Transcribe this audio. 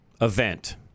event